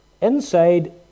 inside